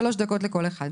סלאלחה.